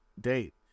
date